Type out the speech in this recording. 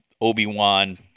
Obi-Wan